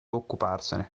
occuparsene